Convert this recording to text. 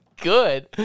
good